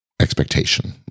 expectation